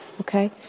Okay